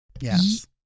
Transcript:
Yes